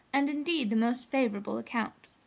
and indeed the most favorable account.